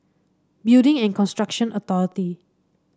Building and Construction Authority